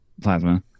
Plasma